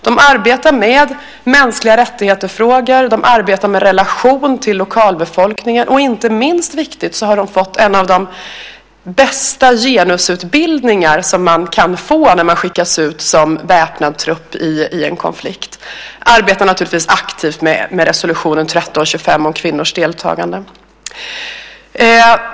De arbetar med människorättsfrågor. De arbetar med relation till lokalbefolkningen. Inte minst viktigt är att de har fått en av de bästa genusutbildningar som man kan få när man skickas ut som väpnad trupp i en konflikt. De arbetar naturligtvis aktivt med resolutionen 1325 om kvinnors deltagande.